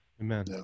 Amen